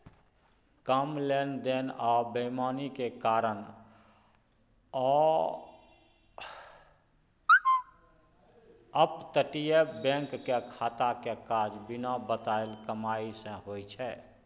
कम लेन देन आ बेईमानी के कारण अपतटीय बैंक के खाता के काज बिना बताएल कमाई सँ होइ छै